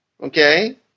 Okay